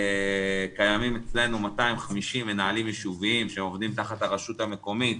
קיימים אצלנו 250 מנהלים יישובים שהם עובדים תחת הרשות המקומית,